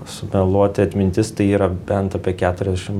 sumeluoti atmintis tai yra bent apie keturiadešim